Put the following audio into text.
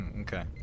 Okay